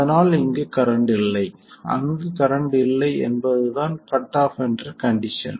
அதனால் இங்கு கரண்ட் இல்லை அங்கு கரன்ட் இல்லை என்பதுதான் கட் ஆஃப் என்ற கண்டிஷன்